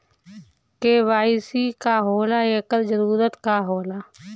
KYC का होला एकर जरूरत का होला?